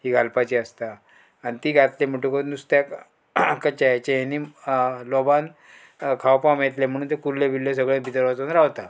ही घालपाची आसता आनी ती घातली म्हणटकूत नुस्त्याक चेच्या येनी लोबान खावपा मेळतले म्हणून तें कुर्ल्ल्यो बिर्ल्ल्यो सगळे भितर वाचून रावता